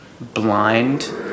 blind